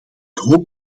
hoop